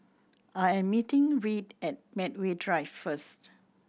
I am meeting Reed at Medway Drive first